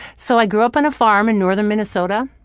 so i grew up on a farm in northern minnesota.